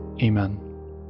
Amen